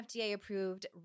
FDA-approved